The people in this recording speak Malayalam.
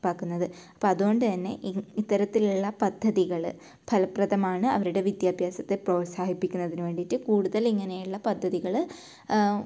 നടപ്പാക്കുന്നത് അപ്പം അതുകൊണ്ടു തന്നെ ഇത്തരത്തിലുള്ള പദ്ധതികൾ ഫലപ്രദമാണ് അവരുടെ വിദ്യാഭ്യാസത്തെ പ്രോത്സാഹിപ്പിക്കുന്നതിനു വേണ്ടീട്ട് കൂടുതൽ ഇങ്ങനെയുള്ള പദ്ധതികൾ